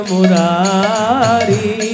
Murari